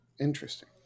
Interesting